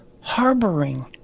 harboring